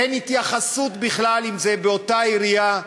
אין התייחסות בכלל אם זה באותה עירייה,